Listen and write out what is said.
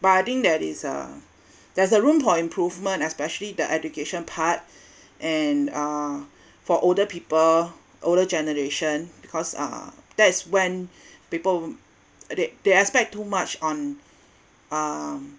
but I think that is uh there's a room for improvement especially the education part and uh for older people older generation because uh that's when people they they expect too much on um